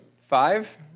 five